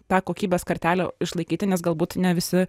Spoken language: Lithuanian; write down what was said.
tą kokybės kartelę išlaikyti nes galbūt ne visi